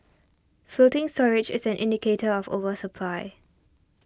floating storage is an indicator of oversupply